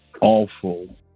awful